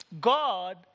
God